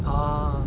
!huh!